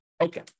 Okay